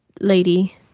lady